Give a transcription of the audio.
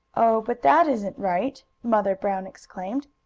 oh, but that isn't right! mother brown exclaimed.